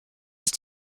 ist